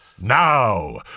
Now